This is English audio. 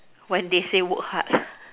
when they say work hard